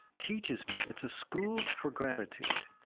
teaches me it's a school for gratitude.